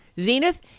Zenith